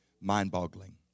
mind-boggling